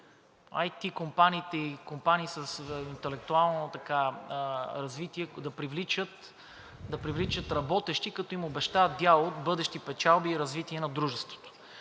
IT компаниите и компаниите с интелектуално развитие да привличат работещи, като им обещаят дял от бъдещи печалби и развитие на дружеството.